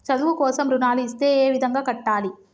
చదువు కోసం రుణాలు ఇస్తే ఏ విధంగా కట్టాలి?